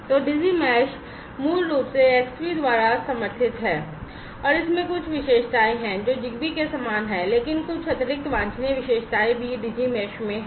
तो Digi mesh मूल रूप से Xbee द्वारा समर्थित है और इसमें कुछ विशेषताएं हैं जो ZigBee के समान हैं लेकिन कुछ अतिरिक्त वांछनीय विशेषताएं भी Digi mesh में हैं